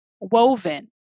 woven